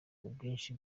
ubwinshi